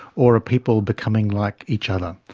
or are people becoming like each other?